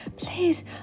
Please